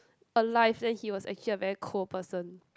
alive then he was actually a very cold person